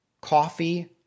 coffee